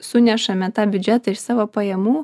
sunešame tą biudžetą iš savo pajamų